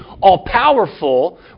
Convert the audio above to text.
all-powerful